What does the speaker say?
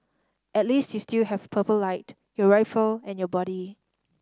at least you still have Purple Light your rifle and your buddy